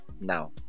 now